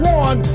one